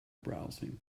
browsing